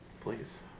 Please